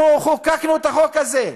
אנחנו חוקקנו את החוק הזה,